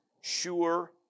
sure